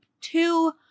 two